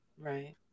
right